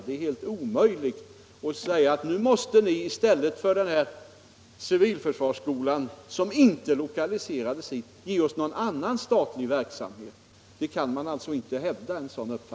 Det är helt orimligt att till regeringen säga: Nu måste ni i stället för civilförsvarsskolan som inte lokaliserades till kommunen ge oss någon annan statlig verksamhet! En sådan uppfattning kan man alltså inte hävda.